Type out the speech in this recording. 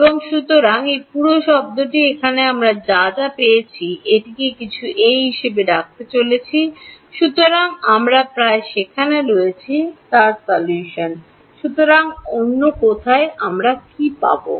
এবং সুতরাং এই পুরো শব্দটি এখানে আমি যা যা এটিকে কিছু A হিসাবে ডাকতে চলেছে there সুতরাং আমরা প্রায় সেখানে রয়েছি solution সুতরাং অন্য কথায় আমি কী পাব